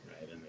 right